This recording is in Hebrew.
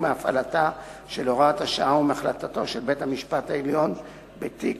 מהפעלתה של הוראת השעה ומהחלטתו של בית-המשפט העליון בתיק